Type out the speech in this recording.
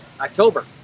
October